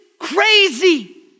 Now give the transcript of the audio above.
crazy